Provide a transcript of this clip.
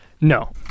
No